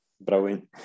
Brilliant